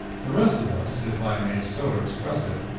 the rest of us, if i may so express it,